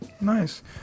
nice